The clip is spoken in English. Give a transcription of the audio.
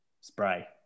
spray